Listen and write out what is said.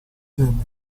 hamilton